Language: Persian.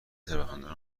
ثروتمندان